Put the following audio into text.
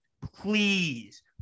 please